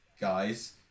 guys